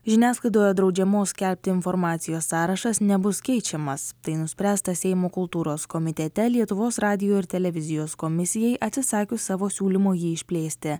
žiniasklaidoje draudžiamos skelbti informacijos sąrašas nebus keičiamas tai nuspręsta seimo kultūros komitete lietuvos radijo ir televizijos komisijai atsisakius savo siūlymo jį išplėsti